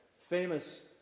famous